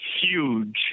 huge